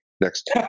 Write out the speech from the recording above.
next